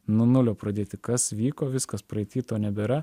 nuo nulio pradėti kas vyko viskas praeity to nebėra